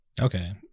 Okay